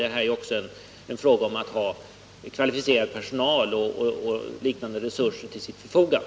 Här är det också fråga om att ha kvalificerad personal och liknande resurser till sitt förfogande.